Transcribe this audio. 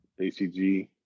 ACG